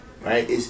right